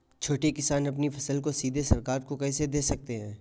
छोटे किसान अपनी फसल को सीधे सरकार को कैसे दे सकते हैं?